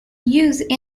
used